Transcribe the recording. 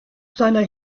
seiner